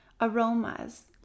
aromas